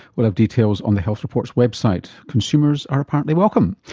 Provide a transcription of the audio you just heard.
we'll have details on the health report's website. consumers are apparently welcome.